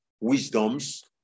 wisdoms